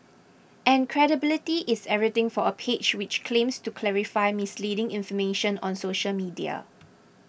and credibility is everything for a page which claims to clarify misleading information on social media